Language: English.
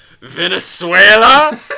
Venezuela